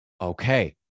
Okay